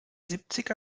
siebzig